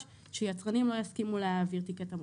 שיצרנים לא יסכימו להעביר תיקי תמרוק.